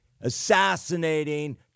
assassinating